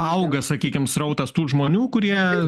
auga sakykim srautas tų žmonių kurie